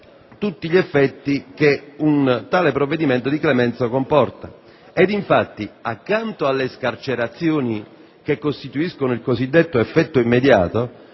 tutti gli effetti che un tale provvedimento di clemenza comporta.